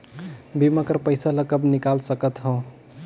बीमा कर पइसा ला कब निकाल सकत हो?